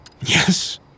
Yes